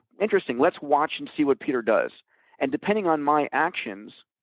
interesting. let's watch and see what peter does and depending on my actions,